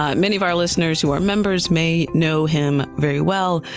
ah many of our listeners who are members may know him very well.